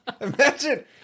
Imagine